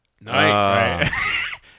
Nice